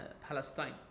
Palestine